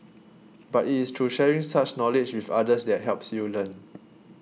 but it is through sharing such knowledge with others that helps you learn